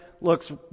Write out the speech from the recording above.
looks